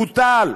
בוטל.